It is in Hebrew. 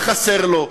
מה חסר לו,